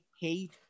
hate